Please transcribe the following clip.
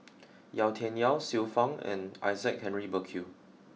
Yau Tian Yau Xiu Fang and Isaac Henry Burkill